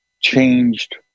changed